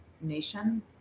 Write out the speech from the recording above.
nation